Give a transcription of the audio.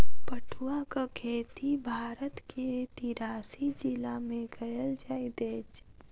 पटुआक खेती भारत के तिरासी जिला में कयल जाइत अछि